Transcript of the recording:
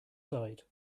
side